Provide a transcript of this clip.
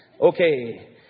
Okay